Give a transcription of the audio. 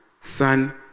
Son